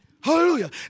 Hallelujah